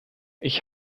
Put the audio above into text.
ich